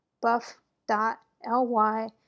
buff.ly